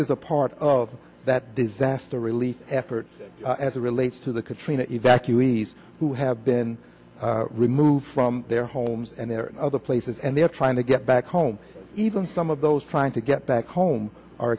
is a part of that disaster relief effort as it relates to the katrina evacuees who have been removed from their homes and their other places and they're trying to get back home even some of those trying to get back home are